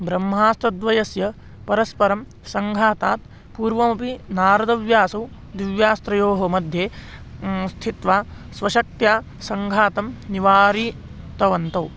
ब्रह्मास्त्रद्वयस्य परस्परं सङ्घातात् पूर्वमपि नारदव्यासौ दिव्यास्त्रयोः मध्ये स्थित्वा स्वशक्त्या सङ्घातं निवारितवन्तौ